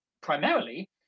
primarily